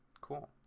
Cool